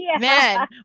man